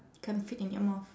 can't fit in your mouth